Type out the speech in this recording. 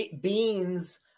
beans